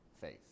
faith